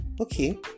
Okay